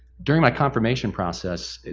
during my confirmation process,